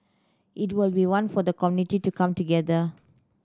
it will be one for the community to come together